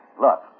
Look